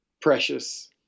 precious